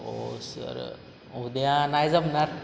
अहो सर उदया नाही जमणार